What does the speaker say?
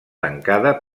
tancada